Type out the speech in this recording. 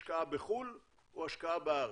השקעה בחו"ל או השקעה בארץ.